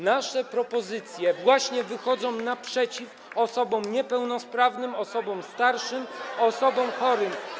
Nasze propozycje właśnie wychodzą naprzeciw osobom niepełnosprawnym, osobom starszym, osobom chorym.